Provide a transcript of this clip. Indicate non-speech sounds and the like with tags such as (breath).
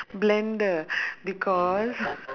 blender (breath) because (laughs)